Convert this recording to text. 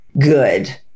good